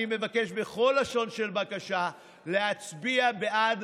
אני מבקש בכל לשון של בקשה להצביע בעד,